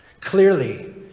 Clearly